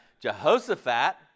Jehoshaphat